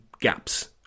gaps